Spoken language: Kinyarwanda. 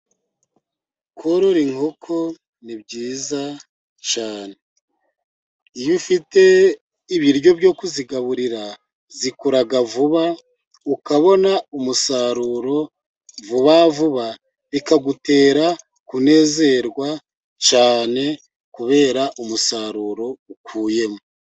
Korora inkoko ni byiza cyane iyo ufite ibiryo byo kuzigaburira zikura vuba , ukabona umusaruro vuba vuba bikagutera kunezerwa cyane, kubera umusaruro ukuyemo.